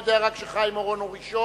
אני יודע רק שחיים אורון הוא ראשון.